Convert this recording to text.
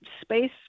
space